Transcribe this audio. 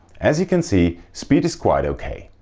as you can see speed is quite ok.